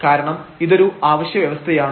കാരണം ഇതൊരു ആവശ്യ വ്യവസ്ഥയാണ്